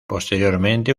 posteriormente